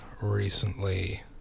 recently